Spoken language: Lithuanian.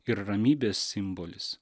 ir ramybės simbolis